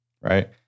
Right